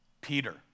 Peter